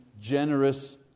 generous